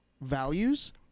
values